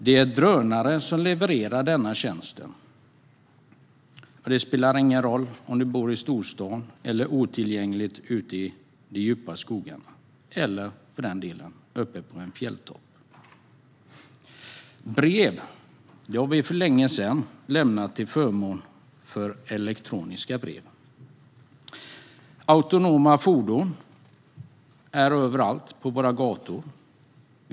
Det är drönare som levererar denna tjänst, och det spelar ingen roll om du bor i storstaden, otillgängligt ute i de djupa skogarna eller för den delen uppe på en fjälltopp. Brev har vi för länge sedan lämnat till förmån för elektroniska brev. Autonoma fordon finns överallt på våra gator.